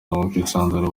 wakwisanzura